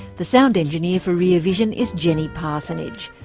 the sound engineer for rear vision is jenny parsonage.